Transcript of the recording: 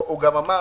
הוא גם אמר